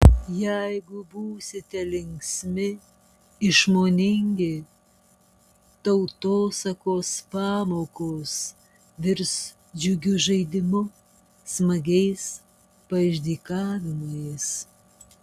jeigu būsite linksmi išmoningi tautosakos pamokos virs džiugiu žaidimu smagiais paišdykavimais